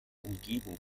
umgebung